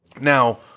Now